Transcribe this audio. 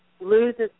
loses